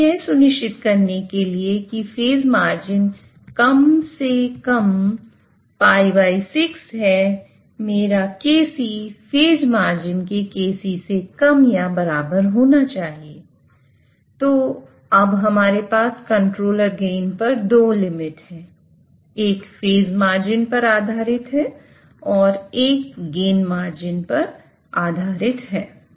इसलिए यह सुनिश्चित करने के लिए कि फेज मार्जिन पर आधारित है और एक गेन मार्जिन पर आधारित है